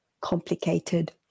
complicated